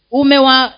umewa